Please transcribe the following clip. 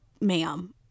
ma'am